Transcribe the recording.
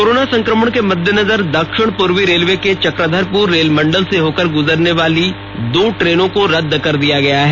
corona संक्रमण के मद्देनजर दक्षिण पूर्व रेलवे के चक्रधरपुर रेल मंडल से होकर गुजरने वाली दो ट्रेनों को रद्द कर दिया है